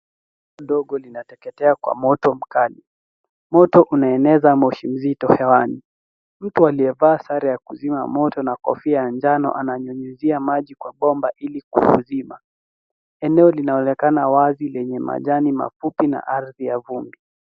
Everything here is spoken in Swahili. Dogo inateketea kwa moto mkali. Moto unaenezwa moshi mzito angani. Mtu aliyevaa sare ya kuzima moto na kofia ya njano ananyunyizia maji kwa bomba ili kuuzima. Eneo linaonekana wazi lenye majani mafupi na ardhi ya vumbi.